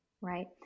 Right